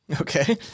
Okay